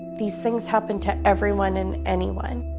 these things happen to everyone and anyone.